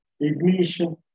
ignition